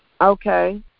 Okay